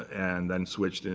and then switched, and